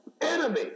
enemy